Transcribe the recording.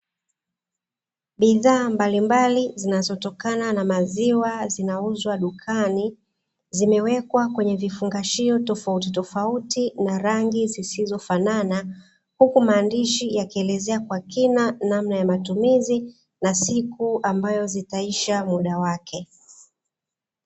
Bidhaa mbalimbali zinazotokana na maziwa zinauzwa dukani. Zimewekwa kwenye vifungashio tofauti tofauti na rangi zisizofanana, huku maandishi yakielezea kwa kina namna ya matumizi na siku ambayo zitaisha muda wake.